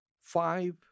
five